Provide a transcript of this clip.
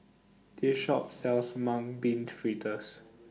This Shop sells Mung Bean Fritters